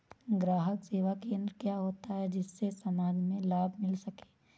ग्राहक सेवा केंद्र क्या होता है जिससे समाज में लाभ मिल सके?